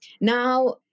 Now